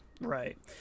right